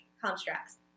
constructs